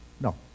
No